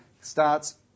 starts